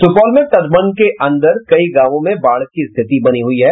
सुपौल में तटबंध के अंदर कई गांवों में बाढ़ की रिथति बनी हुई है